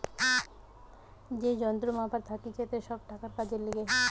যেই মন্ত্রণালয় থাকতিছে সব টাকার কাজের লিগে